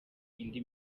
indi